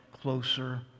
closer